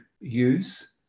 use